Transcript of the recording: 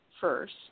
first